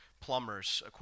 plumbers